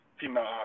female